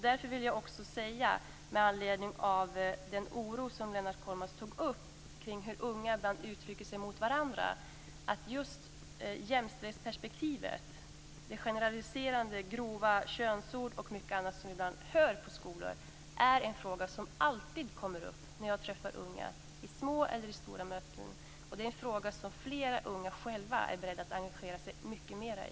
Därför vill jag också säga med anledning av den oro som Lennart Kollmats gav uttryck för kring hur unga ibland uttrycker sig mot varandra att just jämställdhetsperspektivet, de generaliserande grova könsorden och mycket annat som vi ibland hör på skolor, är en fråga som alltid kommer upp när jag träffar unga i små eller stora möten. Det är en fråga som flera unga själva är beredda att engagera sig mycket mera i.